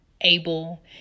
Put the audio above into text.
able